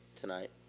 tonight